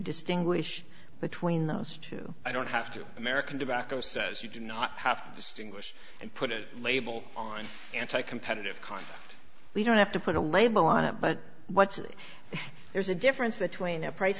distinguish between those two i don't have to american tobacco says you do not have to distinguish and put it label on anti competitive conduct we don't have to put a label on it but what's it there's a difference between a price